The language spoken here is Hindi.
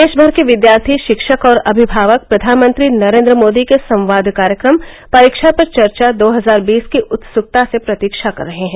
देश भर के विद्यार्थी शिक्षक और अभिभावक प्रधानमंत्री नरेन्द्र मोदी के संवाद कार्यक्रम परीक्षा पर चर्चा दो हजार बीस की उत्सुकता से प्रतीक्षा कर रहे हैं